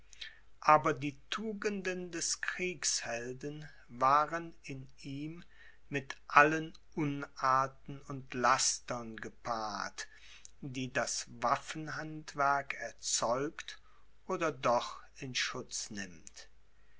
aber die tugenden des kriegshelden waren in ihm mit allen unarten und lastern gepaart die das waffenhandwerk erzeugt oder doch in schutz nimmt